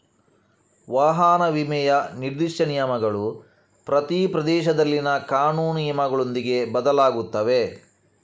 ವಾಹನ ವಿಮೆಯ ನಿರ್ದಿಷ್ಟ ನಿಯಮಗಳು ಪ್ರತಿ ಪ್ರದೇಶದಲ್ಲಿನ ಕಾನೂನು ನಿಯಮಗಳೊಂದಿಗೆ ಬದಲಾಗುತ್ತವೆ